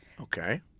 okay